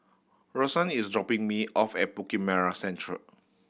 Rosann is dropping me off at Bukit Merah Central